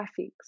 graphics